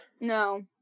No